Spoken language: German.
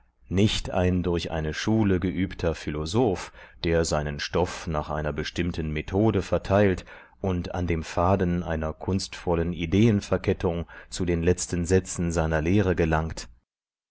nicht ein durch eine schule geübter philosoph der seinen stoff nach einer bestimmten methode verteilt und an dem faden einer kunstvollen ideenverkettung zu den letzten sätzen seiner lehre gelangt